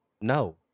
No